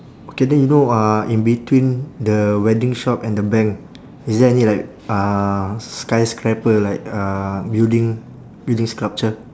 okay then you know uh in between the wedding shop and the bank is there any like uh skyscraper like uh building building structure